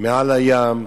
מעל הים,